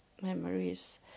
memories